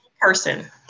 person